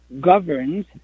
governs